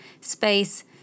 space